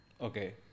Okay